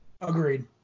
Agreed